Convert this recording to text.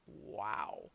wow